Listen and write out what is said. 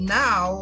now